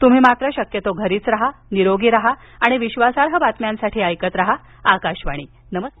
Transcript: तुम्ही मात्र शक्यतो घरीच राहा निरोगी राहा आणि विश्वासार्ह बातम्यांसाठी ऐकत राहा आकाशवाणी नमस्कार